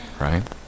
Right